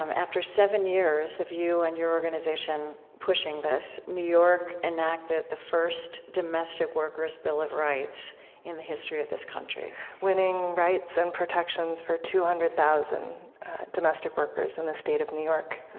um after seven years of you and your organization pushing this, new york enacted the first domestic workers bill of rights in the history of this country winning rights and protections for two hundred thousand domestic workers in the state of new york